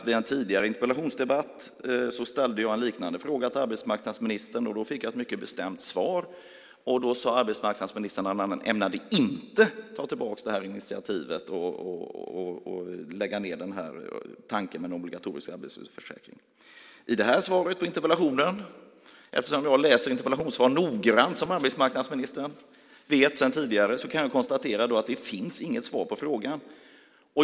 Vid en tidigare interpellationsdebatt ställde jag en liknande fråga till arbetsmarknadsministern, och då fick jag ett mycket bestämt svar. Då sade arbetsmarknadsministern att han inte ämnade ta tillbaka initiativet och lägga ned tanken om en obligatorisk arbetslöshetsförsäkring. I det här svaret på interpellationen - jag läser interpellationssvar noggrant, som arbetsmarknadsministern vet sedan tidigare - kan jag konstatera att det inte finns något svar på frågan.